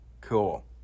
Cool